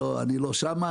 אני לא שם,